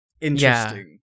interesting